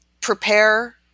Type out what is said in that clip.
Prepare